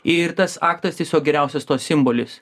ir tas aktas tiesiog geriausias to simbolis